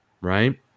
right